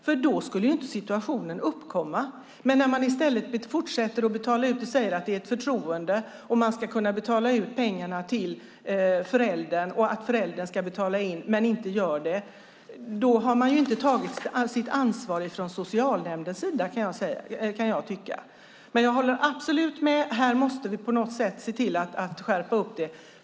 Annars skulle inte situationen uppkomma. När socialnämnden i stället fortsätter att betala ut bostadsbidraget och säger att det handlar om ett förtroende, att de ska kunna betala ut pengarna till föräldern och att föräldern ska betala in men inte gör det, då har de inte tagit sitt ansvar från socialnämndens sida, kan jag tycka. Jag håller absolut med om att vi på något sätt måste se till att det blir en skärpning av riktlinjerna.